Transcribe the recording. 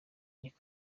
umwaka